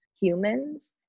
humans